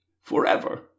forever